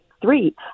three